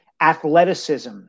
athleticism